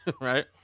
Right